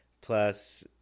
plus